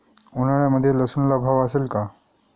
उन्हाळ्यामध्ये लसूणला भाव असेल का?